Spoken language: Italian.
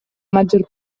maggior